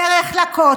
בעיר העתיקה בדרך לכותל?